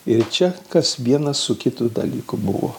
ir čia kas vienas su kitų dalyku buvo